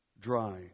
dry